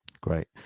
great